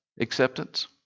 Acceptance